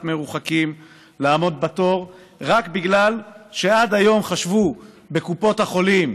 מרוחקים ולעמוד בתור רק בגלל שעד היום חשבו בקופות החולים,